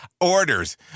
orders